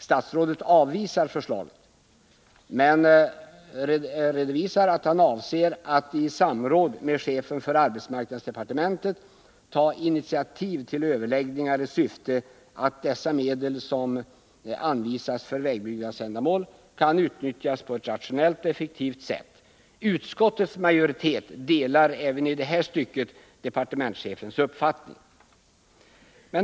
Statsrådet avvisar förslaget men redovisar att han avser att i samråd med chefen för arbetsmarknadsdepartementet ta initiativ till överläggningar i syfte att dessa medel som anvisas för vägbyggnadsändamål skall kunna utnyttjas på ett rationellt och effektivt sätt. Utskottets majoritet delar även i detta stycke departementschefens uppfattning.